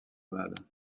grenade